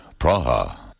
Praha